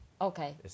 Okay